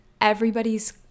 everybody's